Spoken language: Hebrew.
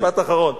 משפט אחרון.